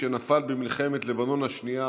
שנפל במלחמת לבנון השנייה,